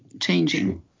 changing